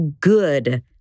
good